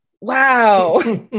Wow